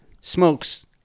smokes